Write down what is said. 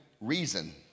reason